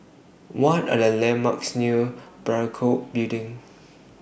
What Are The landmarks near Parakou Building